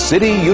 City